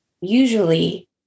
usually